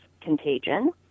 contagion